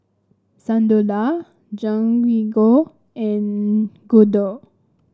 Sunderlal Jehangirr and Gouthu